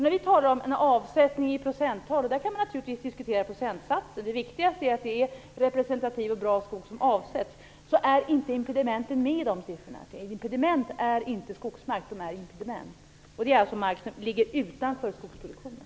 När vi talar om en avsättning i procenttal kan man naturligtvis diskutera procentsatsen, men det viktigaste är att det är representativ och bra skog som avsätts. Men impedimenten är inte med i dessa siffror. Impediment är alltså inte skogsmark. Det är mark som ligger utanför skogsproduktionen.